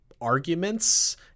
arguments